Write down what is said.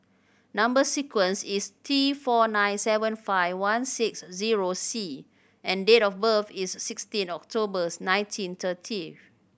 number sequence is T four nine seven five one six zero C and date of birth is sixteen Octobers nineteen thirtieth